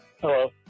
Hello